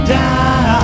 down